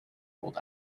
old